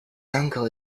uncle